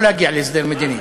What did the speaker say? לא להגיע להסדר מדיני.